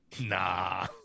nah